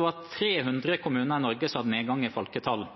var det 300 kommuner i Norge som hadde nedgang i folketall.